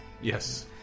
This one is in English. Yes